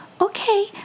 okay